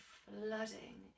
flooding